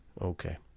Okay